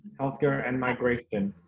health care and migration.